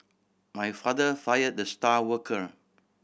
my father fire the star worker